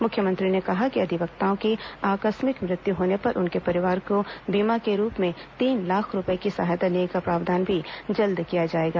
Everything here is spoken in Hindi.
मुख्यमंत्री ने कहा कि अधिवक्ताओं की आकस्मिक मृत्यु होने पर उनके परिवार को बीमा के रूप में तीन लाख रूपये की सहायता देने का प्रावधान भी जल्द किया जाएगा